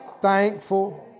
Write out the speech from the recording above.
thankful